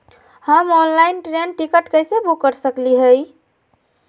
हम online train ticket कैसे book कर सकली हई?